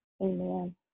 Amen